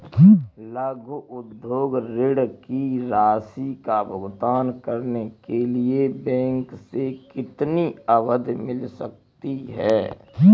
लघु उद्योग ऋण की राशि का भुगतान करने के लिए बैंक से कितनी अवधि मिल सकती है?